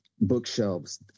bookshelves